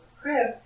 crib